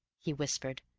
he whispered.